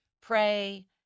pray